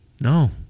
No